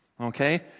okay